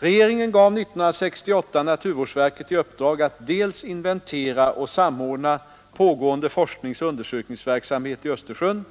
Regeringen gav 1968 naturvårdsverket i uppdrag att dels inventera och samordna pågående forskningsoch undersökningsverksamhet i Östersjön,